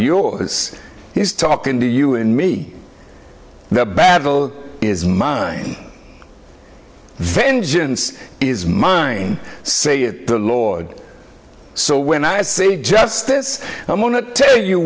yours he's talking to you and me the battle is mine vengeance is mine saith the lord so when i say justice i'm going to tell you